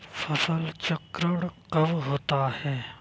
फसल चक्रण कब होता है?